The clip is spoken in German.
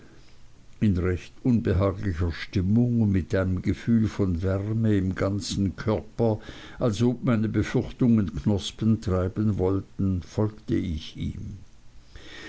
in recht unbehaglicher stimmung und mit einem gefühl von wärme im ganzen körper als ob meine befürchtungen knospen treiben wollten folgte ich ihm